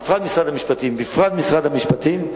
בפרט משרד המשפטים.